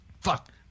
Fuck